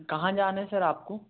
कहाँ जाना है सर आपको